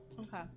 Okay